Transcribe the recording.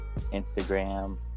Instagram